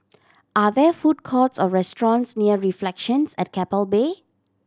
are there food courts or restaurants near Reflections at Keppel Bay